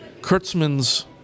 Kurtzman's